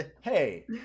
hey